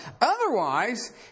Otherwise